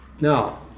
now